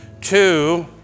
two